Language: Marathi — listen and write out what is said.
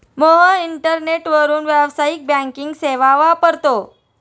मोहन इंटरनेटवरून व्यावसायिक बँकिंग सेवा वापरतो